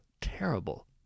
terrible